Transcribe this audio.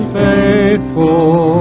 faithful